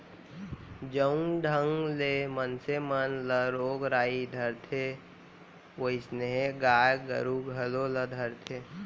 जउन ढंग ले मनसे मन ल रोग राई धरथे वोइसनहे गाय गरू घलौ ल धरथे